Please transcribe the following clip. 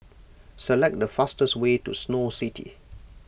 select the fastest way to Snow City